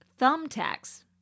thumbtacks